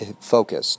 focused